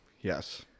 Yes